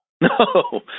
No